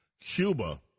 Cuba